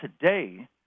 today